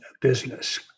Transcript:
business